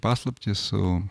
paslaptį su